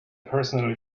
personally